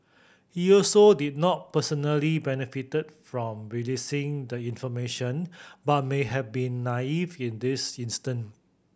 he also did not personally benefit from releasing the information but may have been naive in this instance